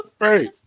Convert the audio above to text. Right